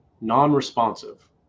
non-responsive